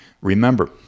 Remember